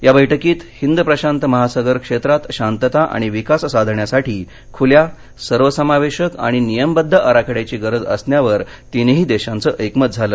या बैठकीत हिंद प्रशांत महासागर क्षेत्रात शांतता आणि विकास साधण्यासाठी खुल्या सर्वसमावेशक आणि नियमबद्द आराखड्याची गरज असण्यावर तिनही देशांचं एकमत झालं